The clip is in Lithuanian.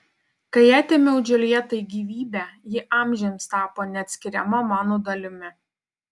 kai atėmiau džiuljetai gyvybę ji amžiams tapo neatskiriama mano dalimi